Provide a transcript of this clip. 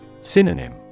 Synonym